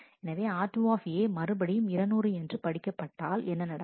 எனவே r2 மறுபடியும் 200 என்று படிக்க பட்டால் என்ன நடக்கும்